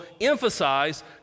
emphasize